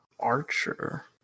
Archer